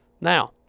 Now